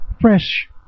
Fresh